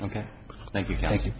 ok thank you thank you